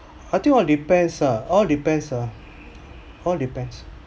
I think all depends ah all depends ah all depends